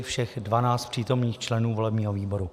Všech 12 z přítomných členů volebního výboru.